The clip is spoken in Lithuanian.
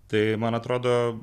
tai man atrodo